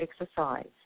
exercise